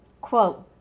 quote